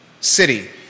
city